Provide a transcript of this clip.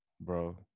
Bro